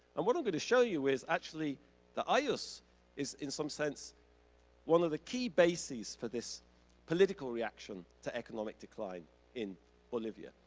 and what i'm gonna show you is actually the ayllus is in some sense one of the key bases for this political reaction to economic decline in bolivia.